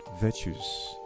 virtues